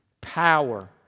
power